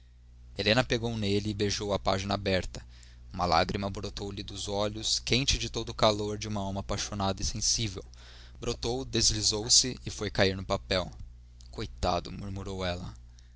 helena pegou nele e beijou a página aberta uma lágrima brotou lhe dos olhos quente de todo o calor de uma alma apaixonada e sensível brotou deslizou se e foi cair no papel coitado murmurou ela